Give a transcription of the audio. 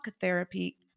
therapy